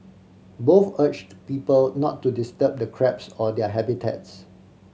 both urged people not to disturb the crabs or their habitats